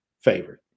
favorite